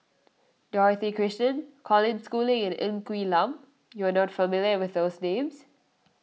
Dorothy Krishnan Colin Schooling and Ng Quee Lam you are not familiar with these names